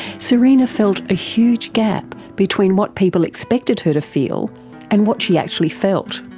serena felt a huge gap between what people expected her to feel and what she actually felt.